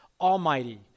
Almighty